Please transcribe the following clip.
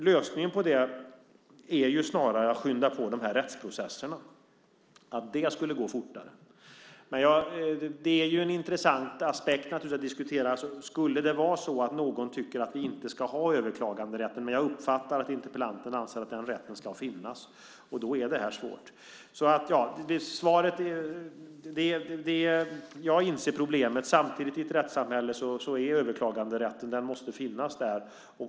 Lösningen är snarare att skynda på rättsprocesserna så att det går fortare. Det är en intressant aspekt att diskutera om det skulle vara så att någon tycker att vi inte ska ha överklaganderätten. Men jag uppfattar att interpellanten anser att den rätten ska finnas. Då är det svårt. Svaret är att jag inser problemet. Samtidigt måste överklaganderätten finnas i ett rättssamhälle.